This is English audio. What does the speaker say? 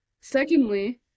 Secondly